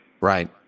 Right